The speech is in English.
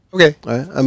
Okay